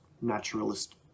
naturalist